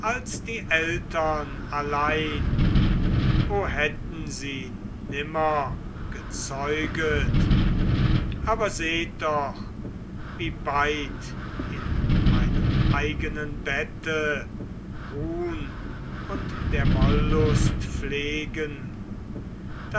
die eltern allein o hätten sie nimmer gezeuget aber seht doch wie beid in meinem eigenen bette ruhn und der wollust pflegen